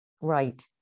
Right